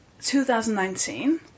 2019